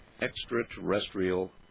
extraterrestrial